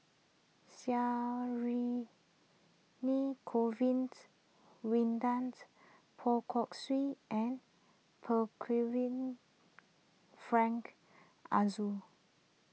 Govins Winodans Poh Kay Swee and Frank Aroozoo